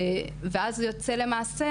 ואז יוצא למעשה